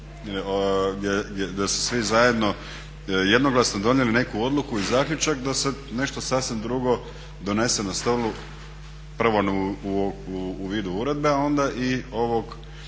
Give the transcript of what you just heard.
gdje su svi zajedno jednoglasno donijeli neku odluku i zaključak da se nešto sasvim drugo donese na stolu prvo u vidu uredbe, a onda i ovog